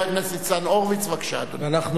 חבר הכנסת ניצן הורוביץ, בבקשה, אדוני.